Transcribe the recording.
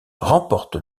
remporte